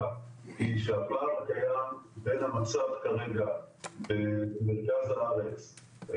היא שהפער קיים בין המצב כרגע במרכז הארץ,